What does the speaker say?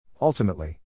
Ultimately